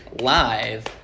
live